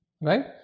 right